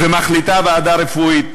ומחליטה ועדה רפואית